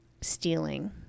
stealing